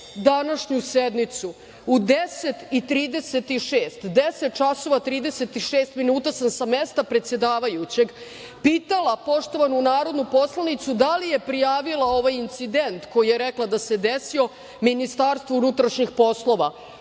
današnju sednicu, u 10.36 časova sam sa mesta predsedavajućeg pitala poštovanu narodnu poslanicu da li je prijavila ovaj incident koji je rekla da se desio Ministarstvu unutrašnjih poslova.